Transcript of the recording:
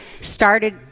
Started